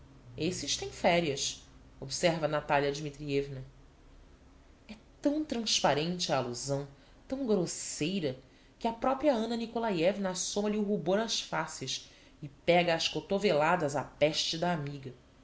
esses têm ferias observa a natalia dmitrievna é tão transparente a allusão tão grosseira que á propria anna nikolaievna assoma lhe o rubor ás faces e pega ás cotoveladas á peste da amiga